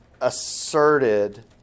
asserted